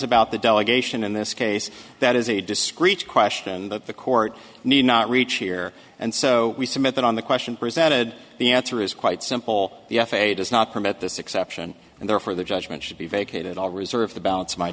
about the delegation in this case that is a discreet question that the court need not reach here and so we submit that on the question presented the answer is quite simple the f a a does not permit this exception and therefore the judgment should be vacated all reserve the balance my